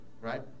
right